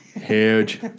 Huge